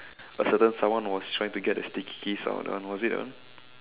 a certain someone was trying to get the stickies out of that one was it that one